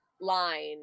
line